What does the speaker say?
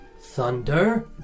thunder